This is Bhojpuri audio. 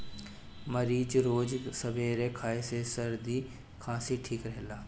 मरीच रोज सबेरे खाए से सरदी खासी ठीक रहेला